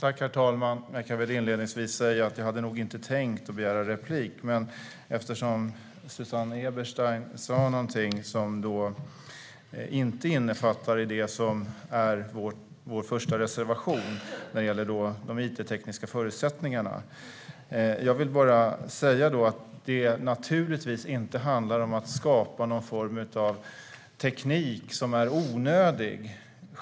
Herr talman! Jag kan inledningsvis säga att jag inte hade tänkt att begära replik, men jag gjorde det ändå eftersom Susanne Eberstein sa någonting som inte innefattas i vår första reservation om it-förutsättningarna. Det handlar naturligtvis inte om att skapa någon form av teknik som är onödig.